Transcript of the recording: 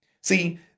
See